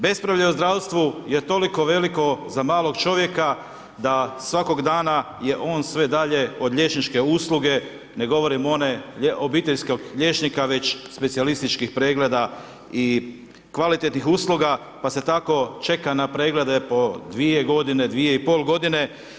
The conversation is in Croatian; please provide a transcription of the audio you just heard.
Bespravlje u zdravstvu je toliko veliko za malog čovjeka da svakog dana je on sve dalje od liječničke usluge, ne govorim one obiteljskog liječnika već specijalističkih pregleda i kvalitetnih usluga pa se tako čeka na preglede po dvije godine, 2,5 godine.